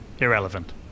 Irrelevant